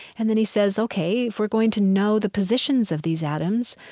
and then he says, ok, if we're going to know the positions of these atoms,